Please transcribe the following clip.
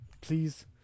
please